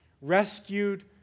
Rescued